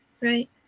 Right